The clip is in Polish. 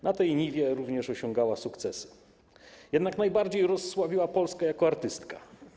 Na tej niwie również osiągała sukcesy, jednak najbardziej rozsławiła Polskę jako artystka.